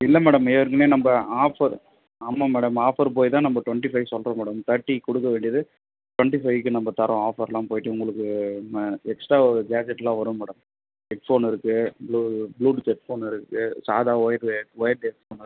இல்லை மேடம் எதற்குமே நம்ப ஆஃபர் ஆமாம் மேடம் ஆஃபர் போய் தான் நம்ப டுவெண்ட்டி ஃபைவ் சொல்கிறோம் மேடம் தர்ட்டிக்கு கொடுக்க வேண்டியது டுவெண்ட்டி ஃபைக்கு நம்ம தர்றோம் ஆஃபர்லாம் போய்ட்டு உங்களுக்கு எக்ஸ்ட்ரா ஒரு கேஜெட்லாம் வரும் மேடம் ஹெட்போன் இருக்கு ப்ளூ ப்ளூடூத் ஹெட்போன் இருக்கு சாதா ஒயர்டு ஒயர்டு